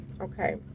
okay